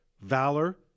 valor